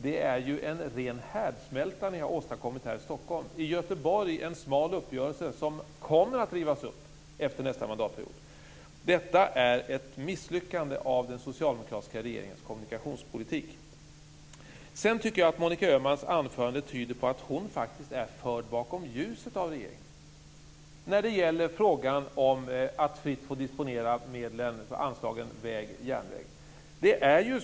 Det är en ren härdsmälta ni har åstadkommit här i Stockholm. I Göteborg handlar det om en smal uppgörelse, som kommer att rivas upp under nästa mandatperiod. Detta är ett misslyckande för den socialdemokratiska regeringens kommunikationspolitik. Monica Öhmans anförande tyder på att hon faktiskt är förd bakom ljuset av regeringen när det gäller möjligheten att fritt få disponera anslagen för väg och järnväg.